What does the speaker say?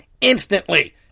instantly